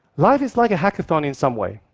life is like a hackathon in some way.